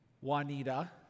Juanita